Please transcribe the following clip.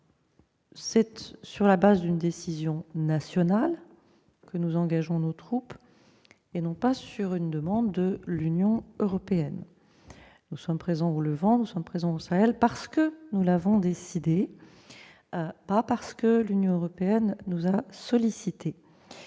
C'est sur la base d'une décision nationale que nous engageons nos troupes, et non pas sur une demande de l'Union européenne. Nous sommes présents au Levant et au Sahel parce que nous l'avons décidé, et non pas parce que l'Union européenne nous a sollicités.